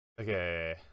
okay